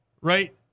Right